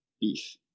beef